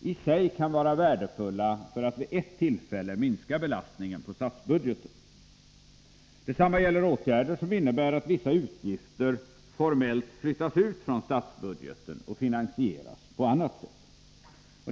i sig kan vara värdefulla för att vid ett tillfälle minska belastningen på statsbudgeten. Detsamma gäller åtgärder som innebär att vissa utgifter formellt flyttas ut från statsbudgeten och finansieras på annat sätt.